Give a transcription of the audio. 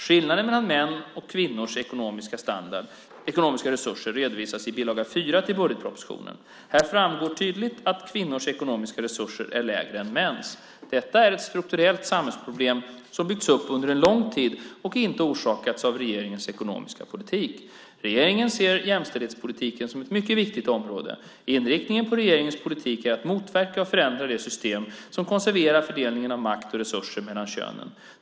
Skillnaden mellan mäns och kvinnors ekonomiska resurser redovisas i bil. 4 till budgetpropositionen. Där framgår det tydligt att kvinnors ekonomiska resurser är lägre än mäns. Detta är ett strukturellt samhällsproblem som byggts upp under en lång tid och inte orsakats av regeringens ekonomiska politik. Regeringen ser jämställdhetspolitiken som ett mycket viktigt område. Inriktningen på regeringens politik är att motverka och förändra de system som konserverar fördelningen av makt och resurser mellan könen.